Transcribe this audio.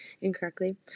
incorrectly